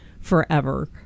forever